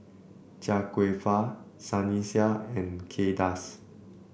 Chia Kwek Fah Sunny Sia and Kay Das